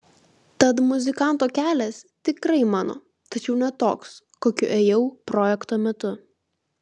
tad muzikanto kelias tikrai mano tačiau ne toks kokiu ėjau projekto metu